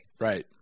Right